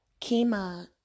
Kima